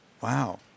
Wow